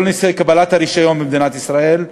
כל נושא קבלת הרישיון במדינת ישראל,